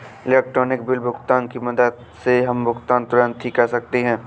electronic bill भुगतान की मदद से हम भुगतान तुरंत ही कर सकते हैं